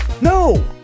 No